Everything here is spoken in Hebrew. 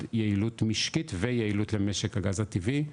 יעילות משקית ויעילות למשק הגז הטבעי,